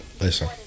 Listen